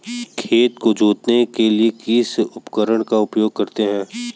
खेत को जोतने के लिए किस उपकरण का उपयोग करते हैं?